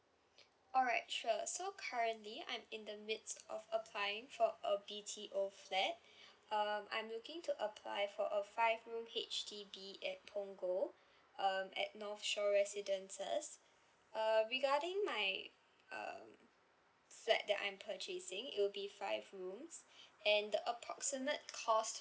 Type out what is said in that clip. alright sure so currently I'm in the midst of applying for a B_T_O flat um I'm looking to apply for a five room H_D_B at punggol um at northshore residences uh regarding my um flat that I'm purchasing it'll be five rooms and the approximate cost